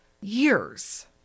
years